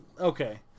Okay